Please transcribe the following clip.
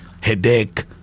headache